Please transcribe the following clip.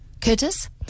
curtis